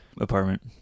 apartment